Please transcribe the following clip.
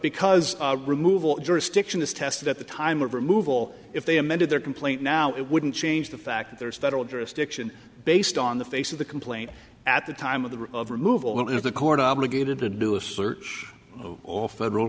because removal jurisdiction is tested at the time of removal if they amended their complaint now it wouldn't change the fact that there is federal jurisdiction based on the face of the complaint at the time of the removal of the court obligated to do a search of all federal